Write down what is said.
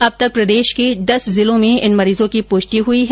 अब तक प्रदेश के दस जिलों में इन मरीजों की पुष्टि हुई है